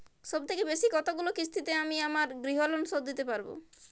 সবথেকে বেশী কতগুলো কিস্তিতে আমি আমার গৃহলোন শোধ দিতে পারব?